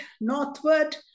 northward